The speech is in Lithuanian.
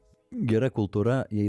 gera kultūra jai